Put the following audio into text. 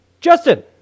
Justin